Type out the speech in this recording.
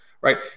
right